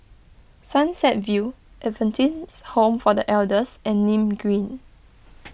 Sunset View Adventist Home for the Elders and Nim Green